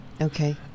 Okay